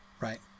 right